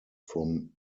from